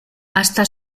hasta